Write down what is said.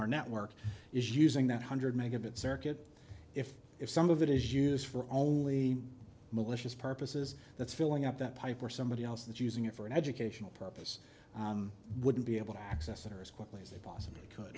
our network is using that hundred megabit circuit if if some of it is used for only malicious purposes that's filling up that pipe or somebody else that using it for an educational purpose wouldn't be able to access it or is quickly as they possibly could